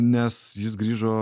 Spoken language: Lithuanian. nes jis grįžo